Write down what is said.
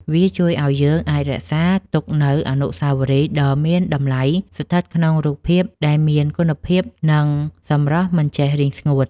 វាជួយឱ្យយើងអាចរក្សាទុកនូវអនុស្សាវរីយ៍ដ៏មានតម្លៃឱ្យស្ថិតក្នុងរូបភាពដែលមានគុណភាព និងសម្រស់មិនចេះរីងស្ងួត។